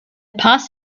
pass